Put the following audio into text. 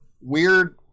weird